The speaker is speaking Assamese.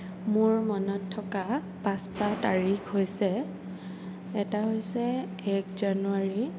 মোৰ মনত থকা পাঁচটা তাৰিখ হৈছে এটা হৈছে এক জানুৱাৰী